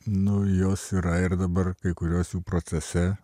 nu jos yra ir dabar kai kurios jų procese